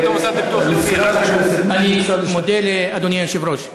אני מודה לאדוני היושב-ראש.